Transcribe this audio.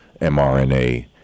mRNA